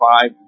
five